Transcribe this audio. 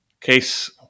case